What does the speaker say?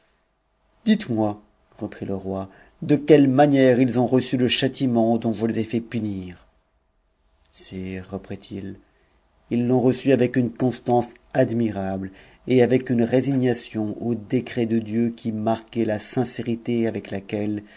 dites-moi reprit le roi de quelle manière ils ont reçu le châtiment dont je les ai fait punir sire reprit-il ils l'ont reçu avec uneconstance admirable et avec une résignation aux décrets de dieu qui marquait la sincérité avec laquelle